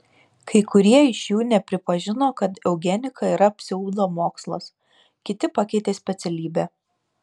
kai kurie iš jų nepripažino kad eugenika yra pseudomokslas kiti pakeitė specialybę